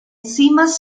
cimas